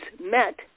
met